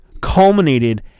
culminated